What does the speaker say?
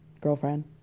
girlfriend